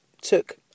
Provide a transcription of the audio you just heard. took